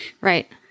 Right